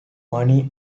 money